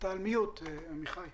שמועברים לרשויות המקומיות